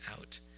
out